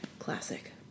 classic